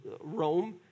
Rome